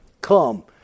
Come